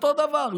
אותו הדבר,